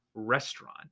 restaurant